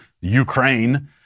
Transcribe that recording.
Ukraine